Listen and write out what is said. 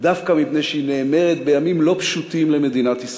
דווקא מפני שהיא נאמרת בימים לא פשוטים למדינת ישראל.